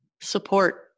Support